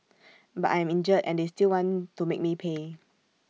but I'm injured and they still want to make me pay